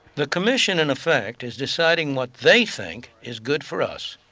the commission, in effect, is deciding what they think is good for us.